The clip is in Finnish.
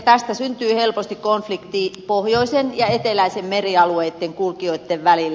tästä syntyy helposti konflikti pohjoisten ja eteläisten merialueitten kulkijoitten välillä